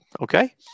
Okay